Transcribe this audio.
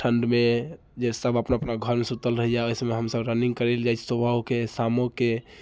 ठण्डमे जे सब अपना अपना घरमे सुतल रहैया ओहि समयमे हमसब रनिङ्ग करैला जाइत छी सुबहोके शामोके